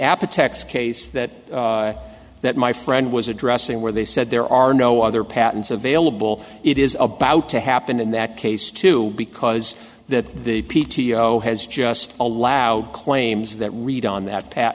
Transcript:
the texas case that that my friend was addressing where they said there are no other patents available it is about to happen in that case too because that the p t o has just allowed claims that read on that pat